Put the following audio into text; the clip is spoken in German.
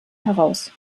heraus